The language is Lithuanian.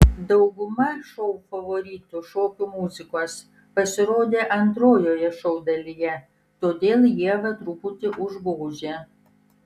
dauguma šou favoritų šokių muzikos pasirodė antrojoje šou dalyje todėl ievą truputį užgožė